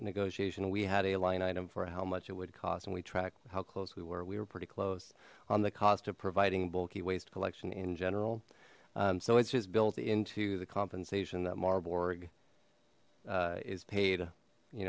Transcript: negotiation we had a line item for how much it would cost and we track how close we were we were pretty close on the cost of providing bulky waste collection in general so it's just built into the compensation that maher borg is paid you